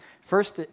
First